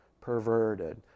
perverted